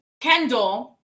Kendall